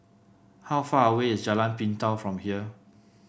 how far away is Jalan Pintau from here